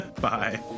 Bye